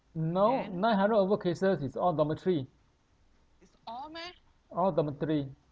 no nine hundred over cases is all dormitory all dormitory